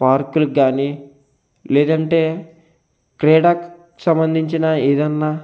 పార్కులకు కానీ లేదంటే క్రీడా సంబంధించిన ఏదన్నా